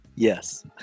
yes